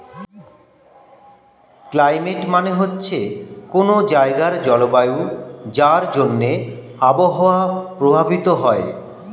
climate মানে হচ্ছে কোনো জায়গার জলবায়ু যার জন্যে আবহাওয়া প্রভাবিত হয়